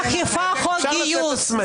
אי-אכיפה על חוק גיוס.